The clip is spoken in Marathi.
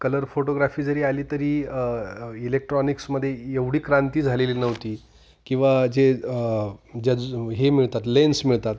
कलर फोटोग्राफी जरी आली तरी इलेक्ट्रॉनिक्समध्ये एवढी क्रांती झालेली नव्हती किंवा जे ज्या ज हे मिळतात लेन्स मिळतात